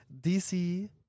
DC